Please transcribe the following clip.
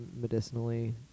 medicinally